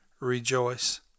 rejoice